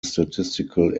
statistical